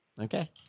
Okay